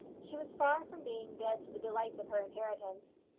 she was far from being dead to the delights of her inheritance.